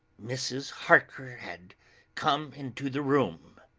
mrs. harker had come into the room.